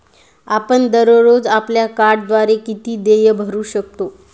आपण दररोज आपल्या कार्डद्वारे किती देय भरू शकता?